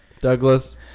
Douglas